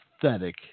pathetic